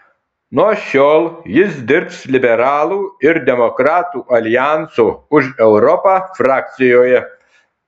nuo šiol jis dirbs liberalų ir demokratų aljanso už europą frakcijoje